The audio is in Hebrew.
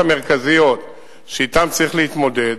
שאתן צריך להתמודד,